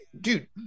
dude